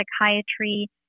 psychiatry